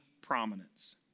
prominence